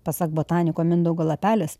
pasak botaniko mindaugo lapelės